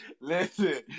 Listen